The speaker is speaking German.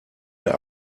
der